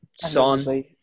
Son